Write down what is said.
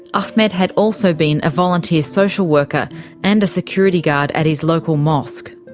ahmed had also been a volunteer social worker and a security guard at his local mosque.